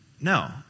no